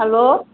hello